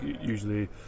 usually